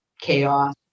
chaos